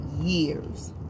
years